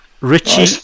Richie